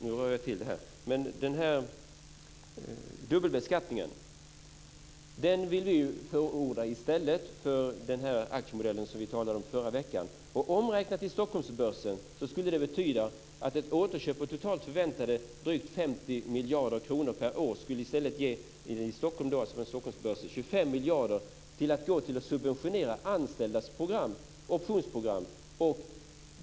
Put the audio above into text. Ni förordar ju dubbelbeskattningen i stället för den aktiemodell som vi talade om i förra veckan. "Omräknat till Stockholmsbörsen skulle det betyda att av återköp på totalt förväntade dryga 50 miljarder kronor per år skulle ca 25 miljarder kronor gå till att subventionera anställdas optionsprogram -."